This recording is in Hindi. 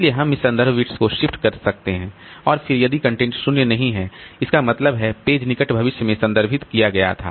इसलिए हम इस संदर्भ बिट्स को शिफ्ट कर सकते हैं और फिर यदि कंटेंट शून्य नहीं है इसका मतलब है पेज निकट भविष्य में संदर्भित किया गया था